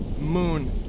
Moon